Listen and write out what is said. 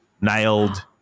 nailed